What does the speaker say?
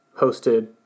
hosted